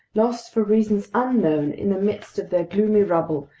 lost for reasons unknown in the midst of their gloomy rubble,